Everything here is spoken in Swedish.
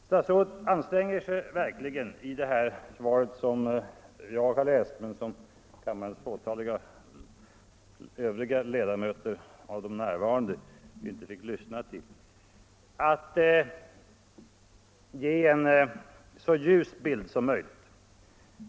Statsrådet anstränger sig verkligen i sitt svar att ge en så ljus bild som möjligt.